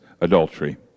adultery